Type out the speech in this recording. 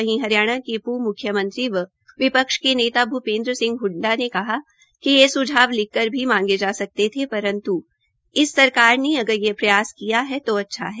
वहीं हरियाणा के पूर्व म्ख्यमंत्री व विपक्ष के नेता भूपेन्द्र सिंह हडडा ने कहा कि ये स्झाव लिखकर भी मांगे जा सकते थे परंत् इस सरकार ने अबर ये प्रयास किया है तो अच्छा है